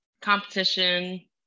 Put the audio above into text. competition